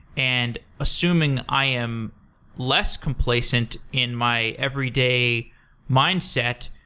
and assuming i am less complacent in my everyday mindset,